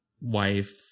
wife